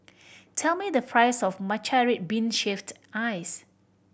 tell me the price of matcha red bean shaved ice